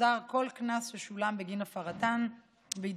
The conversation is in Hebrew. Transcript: יוחזר כל קנס ששולם בגין הפרתן ויתבטלו